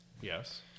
Yes